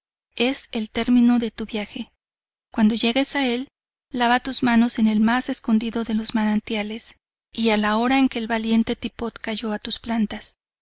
es el termino de tu viaje cuando llegues a el lava tus manos en el mas escondido de los manantiales y a la hora en que el valiente tippot cayo a tus plantas